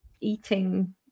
eating